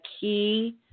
key